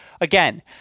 again